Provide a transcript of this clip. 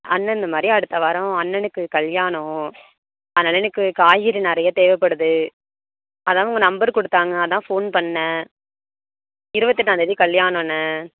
அண்ணா இந்த மாதிரி அடுத்த வாரம் அண்ணனுக்கு கல்யாணம் அதனால் எனக்கு காய்கறி நிறைய தேவைப்படுது அதான் உங்கள் நம்பர் கொடுத்தாங்க அதான் ஃபோன் பண்ணேன் இருபத்தெட்டாந்தேதி கல்யாணோண்ண